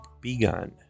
begun